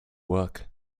work